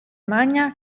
maña